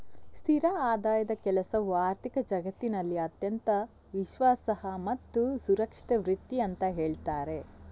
ಸ್ಥಿರ ಆದಾಯದ ಕೆಲಸವು ಆರ್ಥಿಕ ಜಗತ್ತಿನಲ್ಲಿ ಅತ್ಯಂತ ವಿಶ್ವಾಸಾರ್ಹ ಮತ್ತು ಸುರಕ್ಷಿತ ವೃತ್ತಿ ಅಂತ ಹೇಳ್ತಾರೆ